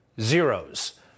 zeros